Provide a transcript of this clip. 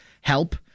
help